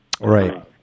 Right